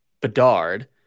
Bedard